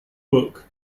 book